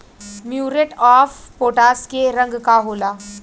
Muriate of potash के रंग का होला?